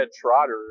Trotter